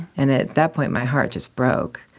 and at that point my heart just broke.